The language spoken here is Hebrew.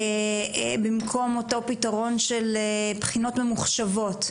במקום פתרון של בחינות ממוחשבות.